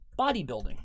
bodybuilding